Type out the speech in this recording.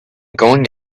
going